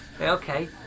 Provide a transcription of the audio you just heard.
Okay